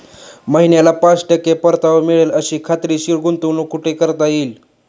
महिन्याला पाच टक्के परतावा मिळेल अशी खात्रीशीर गुंतवणूक कुठे करता येईल?